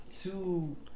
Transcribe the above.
two